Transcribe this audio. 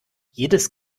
jedes